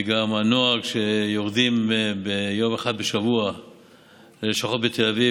וגם הנוהג שיורדים ביום אחד בשבוע ללשכות בתל אביב,